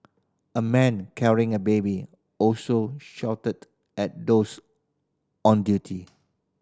a man carrying a baby also shouted at those on duty